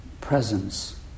presence